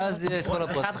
ואז יהיה את כל הפרטים.